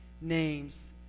name's